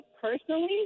personally